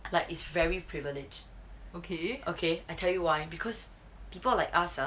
like is very privileged okay I tell you why because people like us ah